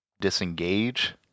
disengage